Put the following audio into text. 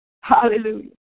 Hallelujah